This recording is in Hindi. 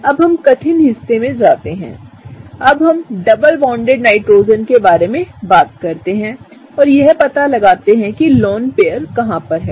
अब हम कठिन हिस्से में जाते हैंअब हम डबल बांडेड नाइट्रोजन के बारे में बात करते हैं और यह पता लगाते हैं कि लोन पेयर कहां पर है